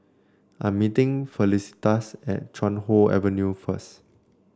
I'm meeting Felicitas at Chuan Hoe Avenue first